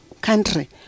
country